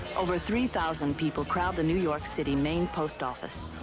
over three thousand people crowd the new york city main post office.